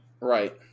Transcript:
Right